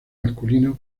masculino